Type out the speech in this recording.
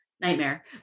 Nightmare